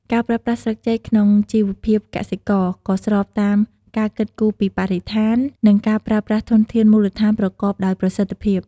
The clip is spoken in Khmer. ការប្រើប្រាស់ស្លឹកចេកក្នុងជីវភាពកសិករ ក៏ស្របតាម ការគិតគូរពីបរិស្ថាន និងការប្រើប្រាស់ធនធានមូលដ្ឋានប្រកបដោយប្រសិទ្ធភាព។